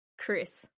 Chris